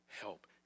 help